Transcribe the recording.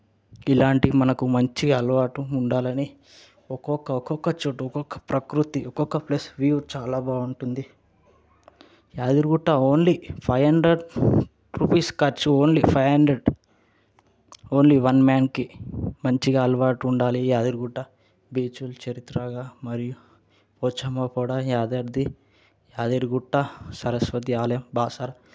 ఇలాంటివి మనకు మంచిగా అలవాటు ఉండాలని ఒక్కొక్క ఒక్కొక్క చోటు ఒక్కొక్క ప్రకృతి ఒక్కొక్క ప్లేస్ వ్యూ చాలా బాగుంటుంది Yadagirigutta only five hundred rupees ఖర్చు only five hundred only one మ్యాన్కి మంచిగా అలవాటు ఉండాలి యాదగిరిగుట్ట బీచ్లు చరిత్రగా మరియు పోచమ్మ కూడా యాదాద్రి యాదగిరిగుట్ట సరస్వతి ఆలయం బాసర